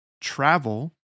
travel